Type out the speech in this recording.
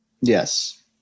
Yes